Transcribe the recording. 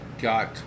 got